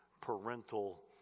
parental